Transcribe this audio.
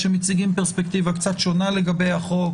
שמציגים פרספקטיבה קצת שונה לגבי החוק.